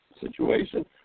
situation